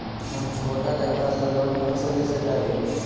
हम छोटा त्योहार ला लोन कहाँ से ले सक ही?